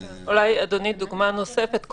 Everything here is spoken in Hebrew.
אולי, אדוני, דוגמה נוספת.